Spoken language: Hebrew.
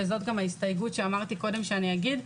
וזאת גם ההסתייגות שאמרתי קודם שאני אגיד,